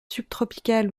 subtropicales